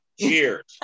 Cheers